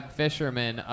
fisherman